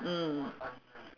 mm